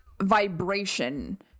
vibration